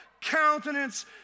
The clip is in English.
Countenance